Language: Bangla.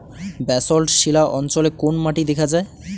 ব্যাসল্ট শিলা অঞ্চলে কোন মাটি দেখা যায়?